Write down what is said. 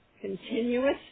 continuous